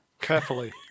Carefully